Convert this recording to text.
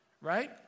Right